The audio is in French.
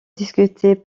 discuter